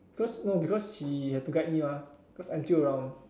cause no because she had to guide me mah because I'm still around